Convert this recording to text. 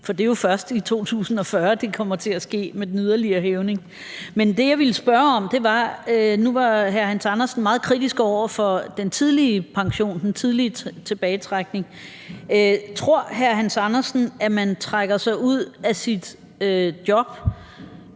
For det er jo først i 2040, det kommer til at ske med den yderligere hævning. Men det, jeg ville spørge om, var det, som hr. Hans Andersen var meget kritisk over for, nemlig den tidlige pension, den tidlige tilbagetrækning. Tror hr. Hans Andersen, at man trækker sig ud af sit job